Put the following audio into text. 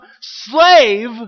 slave